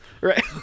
Right